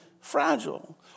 fragile